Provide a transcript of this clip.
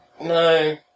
no